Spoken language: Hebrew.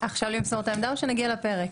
עכשיו למסור את העמדה או שנגיע לפרק?